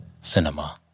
Cinema